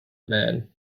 mann